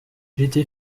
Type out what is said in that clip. j’étais